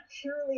purely